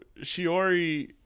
Shiori